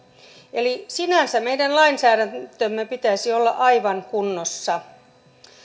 eli sinänsä meidän lainsäädäntömme pitäisi olla aivan kunnossa